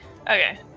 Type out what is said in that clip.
Okay